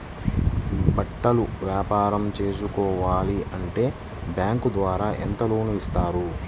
బట్టలు వ్యాపారం పెట్టుకోవాలి అంటే బ్యాంకు ద్వారా ఎంత లోన్ ఇస్తారు?